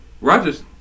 Rogers